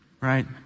Right